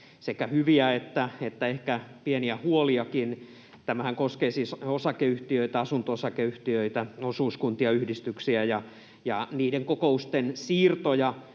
sekä hyviä että ehkä pieniä huoliakin. Tämähän koskee siis osakeyhtiöitä, asunto-osakeyhtiöitä, osuuskuntia, yhdistyksiä ja niiden kokousten siirtoja